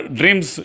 dreams